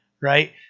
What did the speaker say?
right